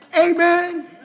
Amen